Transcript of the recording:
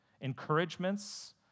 encouragements